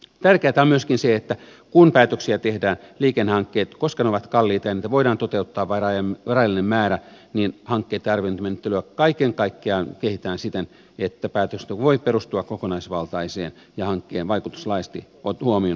tärkeätä on myöskin se että kun päätöksiä liikennehankkeista tehdään koska ne ovat kalliita ja niitä voidaan toteuttaa vain rajallinen määrä hankkeitten arviointimenettelyä kaiken kaikkiaan kehitetään siten että päätöksenteko voi perustua kokonaisvaltaiseen ja hankkeen vaikutus laajasti huomioon ottavaan arvioon